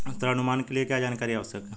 ऋण अनुमान के लिए क्या जानकारी आवश्यक है?